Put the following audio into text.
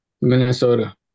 Minnesota